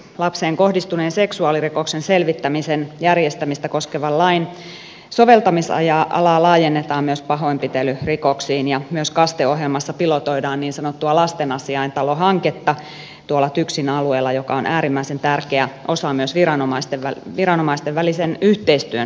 lapseen kohdistuneen seksuaalirikoksen selvittämisen järjestämistä koskevan lain soveltamisalaa laajennetaan myös pahoinpitelyrikoksiin ja myös kaste ohjelmassa pilotoidaan tuolla tyksin alueella niin sanottua lastenasiaintalohanketta joka on äärimmäisen tärkeä osa myös viranomaisten välisen yhteistyön kehittämistä